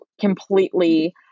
completely